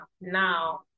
now